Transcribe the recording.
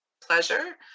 pleasure